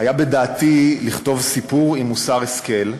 "היה בדעתי לכתוב סיפור עם מוסר השכל.